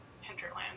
hinterland